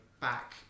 back